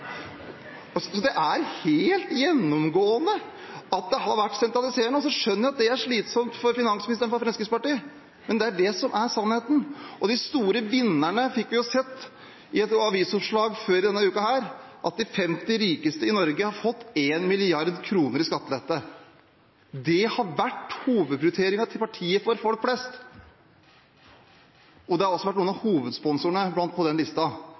så svarer de nei. Det er helt gjennomgående at det har vært sentralisering. Så skjønner vi at det er slitsomt for finansministeren fra Fremskrittspartiet, men det er det som er sannheten. Og de store vinnerne fikk vi jo se i et avisoppslag tidligere denne uka – at de 50 rikeste i Norge har fått én milliard kroner i skattelette. Det har vært hovedprioriteringen til partiet for folk flest, og noen av hovedsponsorene har også vært